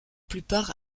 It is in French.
plupart